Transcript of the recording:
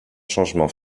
changement